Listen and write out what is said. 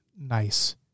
nice